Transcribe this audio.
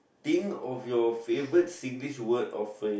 think of your favourite Singlish word or phrase